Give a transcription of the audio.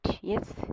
Yes